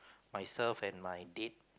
myself and my date